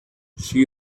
she